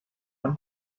one